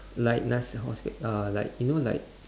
like nas~ how say uh like you know like